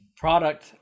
product